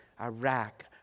Iraq